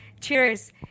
cheers